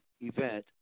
event